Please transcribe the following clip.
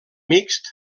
mixt